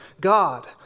God